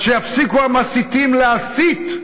אז שיפסיקו המסיתים להסית.